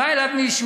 בא אליו מישהו,